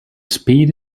speed